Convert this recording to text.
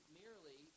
merely